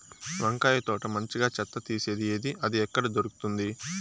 వంకాయ తోట మంచిగా చెత్త తీసేది ఏది? అది ఎక్కడ దొరుకుతుంది?